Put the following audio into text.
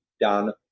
done